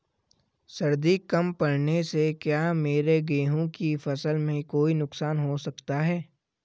सर्दी कम पड़ने से क्या मेरे गेहूँ की फसल में कोई नुकसान हो सकता है?